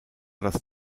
das